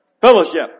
Fellowship